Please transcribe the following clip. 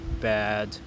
bad